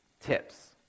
tips